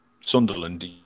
Sunderland